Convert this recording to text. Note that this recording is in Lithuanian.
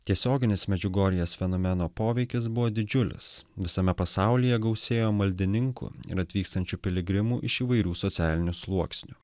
tiesioginis medžiugorjės fenomeno poveikis buvo didžiulis visame pasaulyje gausėjo maldininkų ir atvykstančių piligrimų iš įvairių socialinių sluoksnių